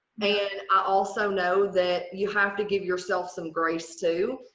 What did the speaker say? and i also know that you have to give yourself some grace, too.